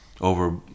over